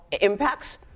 impacts